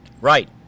Right